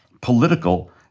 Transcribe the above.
political